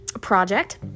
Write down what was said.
project